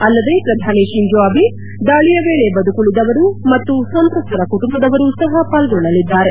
ಅಲ್ಲದೆ ಪ್ರಧಾನಿ Shinzo Abe ದಾಳಿಯ ವೇಳೆ ಬದುಕುಳಿದವರು ಹಾಗೂ ಸಂತ್ರಸ್ತರ ಕುಟುಂಬದವರು ಪಾಲ್ಲೊಳ್ಳಲಿದ್ದಾರೆ